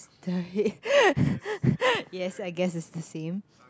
the head yes I guess it's the same